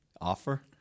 offer